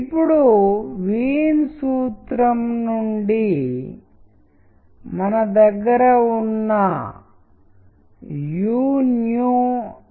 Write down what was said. చాలా పెద్ద సూర్యుడుని చూపిస్తే దాని అర్థం చాలా గణనీయంగా మారుతుందని ఎవరికి తెలుసు